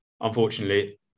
unfortunately